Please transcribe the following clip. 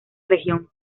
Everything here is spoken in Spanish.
región